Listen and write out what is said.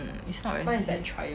it's not really expensive